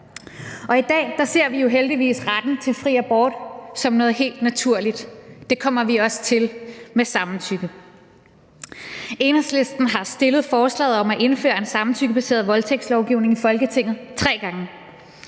I dag ser vi jo heldigvis retten til fri abort som noget helt naturligt. Det kommer vi også til med samtykke. Enhedslisten har fremsat forslaget om at indføre en samtykkebaseret voldtægtslovgivning i Folketinget tre gange.